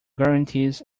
guarantees